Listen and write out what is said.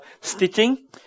stitching